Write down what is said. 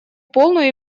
полную